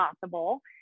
possible